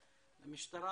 למשטרה,